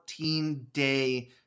14-day